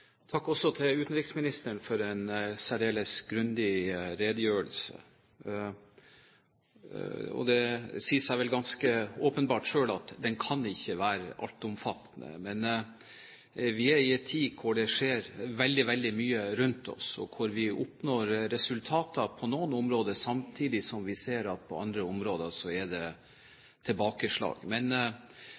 til utenriksministeren for en særdeles grundig redegjørelse. Det sier seg selv – det er åpenbart – at redegjørelsen ikke kan være altomfattende. Vi lever i en tid hvor det skjer veldig mye rundt oss. Vi oppnår resultater på noen områder, samtidig som vi ser at det på andre områder er tilbakeslag.